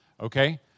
Okay